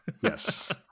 Yes